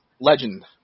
legend